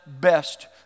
best